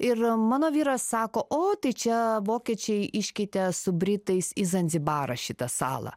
ir mano vyras sako o tai čia vokiečiai iškeitė su britais į zanzibarą šitą salą